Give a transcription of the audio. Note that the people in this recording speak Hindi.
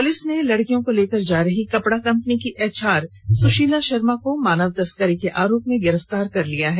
पुलिस ने लड़कियो को लेकर जा रही कपड़ा कंपनी की एचआर सुशीला शर्मा को मानव तस्करी को आरोप में गिरफ्तार कर लिया है